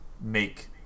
make